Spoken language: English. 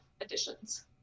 additions